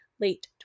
late